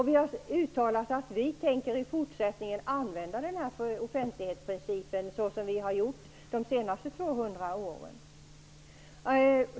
Vi har uttalat att vi i fortsättningen tänker använda offentlighetsprincipen på samma sätt som vi har gjort de senaste 200 åren.